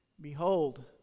Behold